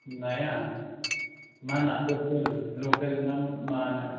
नाया मा नाखौ सुल लखेल ना मा ना